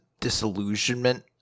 disillusionment